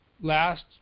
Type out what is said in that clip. last